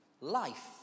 Life